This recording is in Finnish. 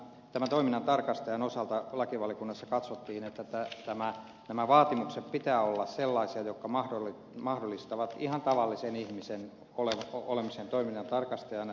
sen sijaan toiminnantarkastajan osalta lakivaliokunnassa katsottiin että näiden vaatimusten pitää olla sellaisia jotka mahdollistavat ihan tavallisen ihmisen olemisen toiminnantarkastajana